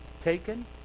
taken